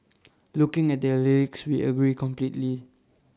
looking at their lyrics we agree completely